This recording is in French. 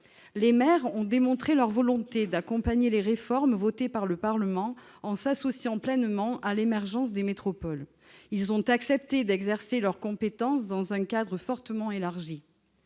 Les maires ont démontré leur volonté d'accompagner les réformes votées par le Parlement, en s'associant pleinement à l'émergence des métropoles. Ils ont accepté d'exercer leurs compétences dans un cadre fortement élargi.